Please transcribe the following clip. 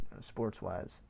sports-wise